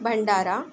Bhandara